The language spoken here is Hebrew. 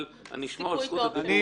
אבל אני אשמור על הזכות הדיבור שלך.